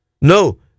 No